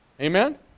Amen